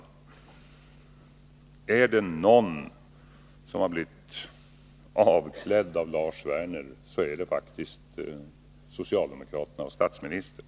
Är det någon som har blivit avklädd av Lars Werner, är det faktiskt socialdemokraterna och statsministern.